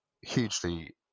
hugely